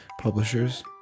publishers